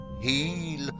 heal